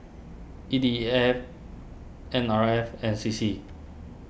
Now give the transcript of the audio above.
E D E F N R F and C C